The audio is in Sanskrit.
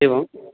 एवं